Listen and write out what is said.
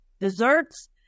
desserts